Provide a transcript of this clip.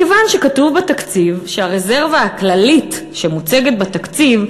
מכיוון שכתוב בתקציב שהרזרבה הכללית שמוצגת בתקציב,